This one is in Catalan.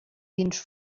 vins